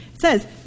says